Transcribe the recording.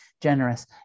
generous